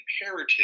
imperative